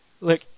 look